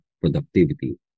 productivity